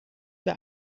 wir